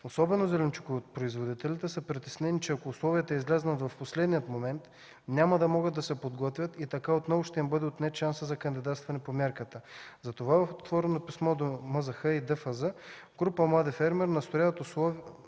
особено зеленчукопроизводителите, са притеснени, че ако условията излязат в последния момент, няма да могат да се подготвят и така отново ще им бъде отнет шансът за кандидатстване по мярката. Затова в отворено писмо до Министерството на земеделието и